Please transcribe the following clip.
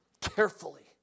carefully